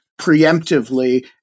preemptively